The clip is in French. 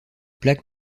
plaques